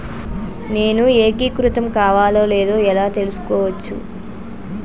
నేను ఏకీకృతం కావాలో లేదో ఎలా తెలుసుకోవచ్చు?